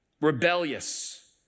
rebellious